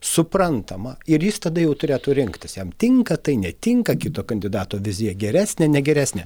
suprantama ir jis tada jau turėtų rinktis jam tinka tai netinka kito kandidato vizija geresnė negeresnė